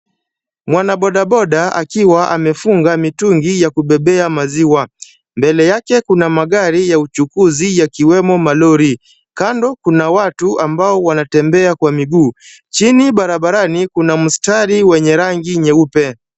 Mwanabodaboda akiwa amefunga mitungi ya kubebea maziwa. Mbele yake kuna magari ya uchukuzi yakiwemo malori. Kando kuna watu ambao wanatembea kwa miguu. Chini barabarani, kuna mstari wenye rangi nyeupe.